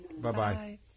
Bye-bye